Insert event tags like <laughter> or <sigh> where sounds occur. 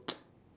<noise>